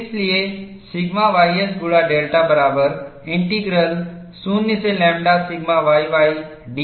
इसलिए sigma ys गुणा delta बराबर इंटीग्रल 0 से लैम्ब्डा सिग्मा yy dx है